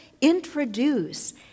introduce